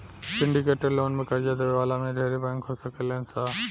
syndicated loan में कर्जा देवे वाला में ढेरे बैंक हो सकेलन सा